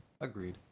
Agreed